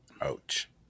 Ouch